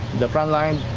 the front line.